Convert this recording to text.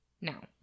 Now